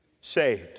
saved